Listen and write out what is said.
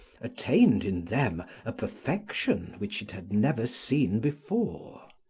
attained in them a perfection which it had never seen before.